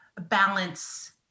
balance